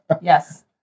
Yes